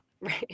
right